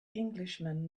englishman